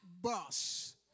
bus